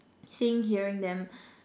seeing hearing them